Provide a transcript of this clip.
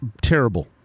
terrible